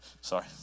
sorry